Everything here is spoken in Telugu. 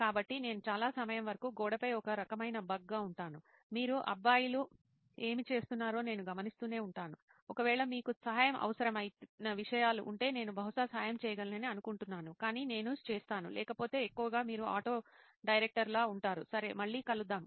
కాబట్టి నేను చాలా సమయం వరకు గోడపై ఒక రకమైన బగ్ గా ఉంటాను మీరు అబ్బాయిలు ఏమి చేస్తున్నారో నేను గమనిస్తూనే ఉంటాను ఒకవేళ మీకు సహాయం అవసరమైన విషయాలు ఉంటే నేను బహుశా సహాయం చేయగలనని అనుకుంటున్నాను కానీ నేను చేస్తాను లేకపోతే ఎక్కువగా మీరు ఆటో డైరెక్టర్లా ఉంటారు సరే మళ్ళీ కలుద్దాం